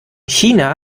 china